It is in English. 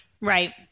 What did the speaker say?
Right